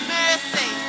mercy